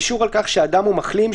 אישור על כך שאדם הוא מחלים,